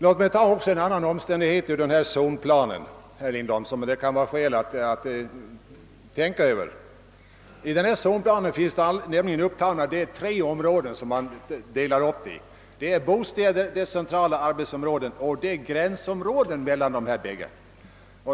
Låt mig också nämna en annan omständighet ur denna zonplan, herr Lindholm, som det kan vara skäl att tänka över. I den finns nämligen de tre områden nämnda, som planen delas upp i. Det är bostäder, centrala arbetsområden och gränsområden mellan dessa bägge.